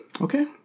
Okay